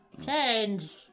Change